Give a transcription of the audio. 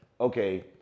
okay